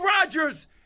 Rodgers